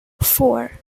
four